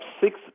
six